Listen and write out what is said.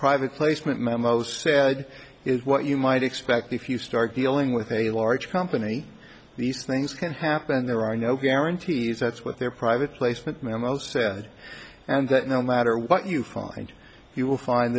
private placement memo said it what you might expect if you start dealing with a large company these things can happen there are no guarantees that's what their private placement memo said and that no matter what you find you will find